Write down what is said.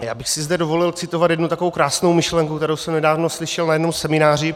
Já bych si zde dovolil citovat jednu takovou krásnou myšlenku, kterou jsem nedávno slyšel na jednom semináři.